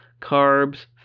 carbs